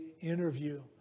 interview